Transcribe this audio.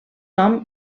nom